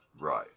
Right